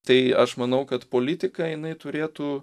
tai aš manau kad politika jinai turėtų